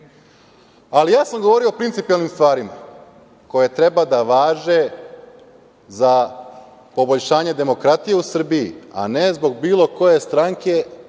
ali ja sam govorio o principijelnim stvarima koje treba da važe za poboljšanje demokratije u Srbiji, a ne zbog bilo koje stranke